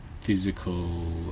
physical